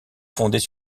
fondées